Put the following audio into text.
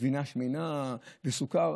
גבינה שמנה וסוכר.